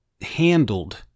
handled